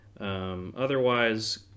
Otherwise